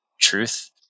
truth